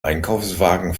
einkaufswagen